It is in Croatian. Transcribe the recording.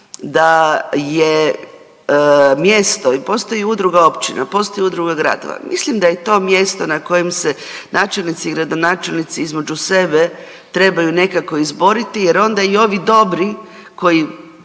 da je mjesto i postoji udruga općina, postoji udruga gradova, mislim da je to mjesto na kojem se načelnici i gradonačelnici između sebe trebaju nekako izboriti jer onda i ovi dobri koji